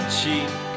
cheek